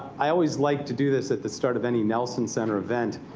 i always like to do this at the start of any nelson center event.